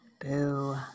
Boo